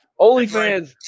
OnlyFans